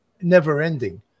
never-ending